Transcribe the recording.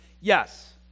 Yes